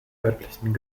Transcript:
örtlichen